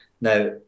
Now